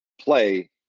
Play